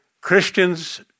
Christians